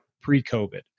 pre-COVID